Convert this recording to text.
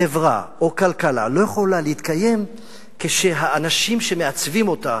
חברה או כלכלה לא יכולה להתקיים כשהאנשים שמעצבים אותה